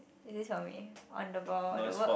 is this for me on the ball or the work